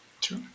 True